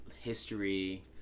history